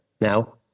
Now